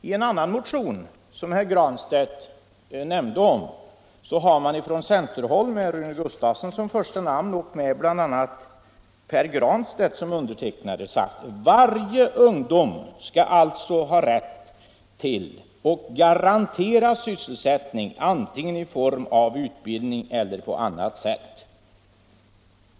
I en annan motion, som herr Granstedt nämnde om, har man från centerhåll med herr Gustavsson i Alvesta som första namn och med bl.a. herr Granstedt som undertecknare sagt att varje ”ungdom skall alltså ha rätt till och garanteras sysselsättning antingen i form av utbildning eller på annat sätt”.